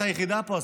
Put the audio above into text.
את היחידה פה,